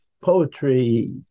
Poetry